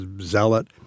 zealot